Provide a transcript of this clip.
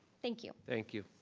thank you. thank you.